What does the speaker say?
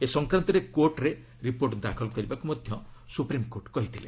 ଏ ସଂକ୍ରାନ୍ତରେ କୋର୍ଟରେ ରିପୋର୍ଟ ଦାଖଲ କରିବାକୁ ମଧ୍ୟ ସୁପ୍ରିମ୍କୋର୍ଟ କହିଥିଲେ